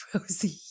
Rosie